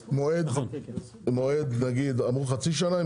יהיה מועד נגיד אמרו חצי שנה,